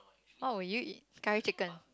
what would you eat curry chicken